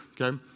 okay